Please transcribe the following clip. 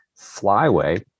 flyway